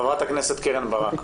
חברת הכנסת קרן ברק,